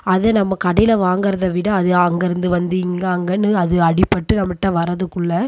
அது நம்ம கடையில வாங்கிறத விட அது அங்கேயிருந்து வந்து இங்கே அங்கேன்னு அது அடிபட்டு நம்மள்ட்ட வரதுக்குள்ளே